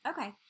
Okay